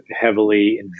heavily